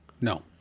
no